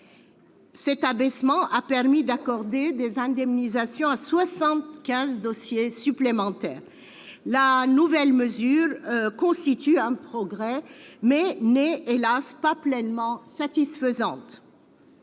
permettant ainsi d'accorder des indemnisations à 75 dossiers supplémentaires. Cette nouvelle mesure constitue un progrès, mais n'est, hélas, pas pleinement satisfaisante.